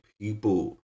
people